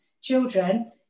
children